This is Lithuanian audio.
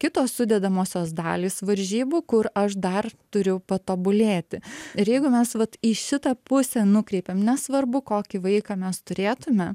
kitos sudedamosios dalys varžybų kur aš dar turiu patobulėti ir jeigu mes vat į šitą pusę nukreipiam nesvarbu kokį vaiką mes turėtume